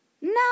No